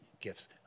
gifts